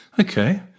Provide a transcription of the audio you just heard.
Okay